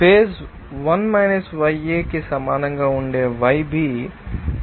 phase 1 YA కి సమానంగా ఉండే YB